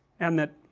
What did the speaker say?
and that,